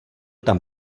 tam